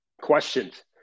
Questions